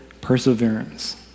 perseverance